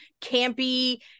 campy